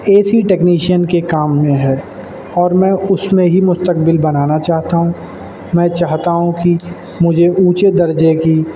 اے C technician کے کام میں ہے اور میں اس میں ہی مستقبل بنانا چاہتا ہوں میں چاہتا ہوں کہ مجھے اونچے درجے کی